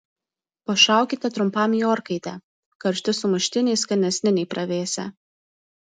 pašaukite trumpam į orkaitę karšti sumuštiniai skanesni nei pravėsę